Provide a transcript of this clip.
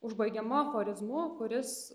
užbaigiama aforizmu kuris